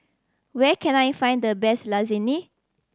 where can I find the best Lasagne